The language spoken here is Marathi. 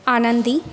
आनंदी